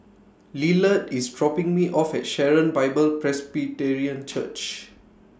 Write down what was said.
Lillard IS dropping Me off At Sharon Bible Presbyterian Church